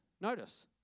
notice